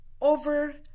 over